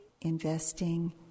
investing